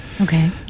Okay